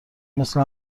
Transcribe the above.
مثل